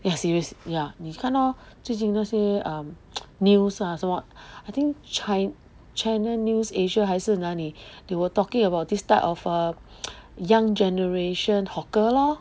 ya serious ya 你看 lor 最近那些 um news ah 什么 I think Chan~ Channel News Asia 还是那里 they were talking about this type of ah young generation hawker lor